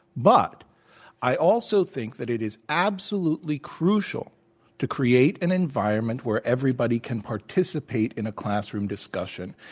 but i also think that it is absolutely crucial to create an environment where everybody can participate in a classroom discussion.